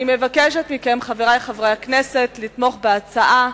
אני מבקשת מכם, חברי חברי הכנסת, לתמוך בהצעה.